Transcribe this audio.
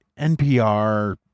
NPR